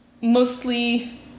Mostly